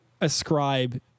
ascribe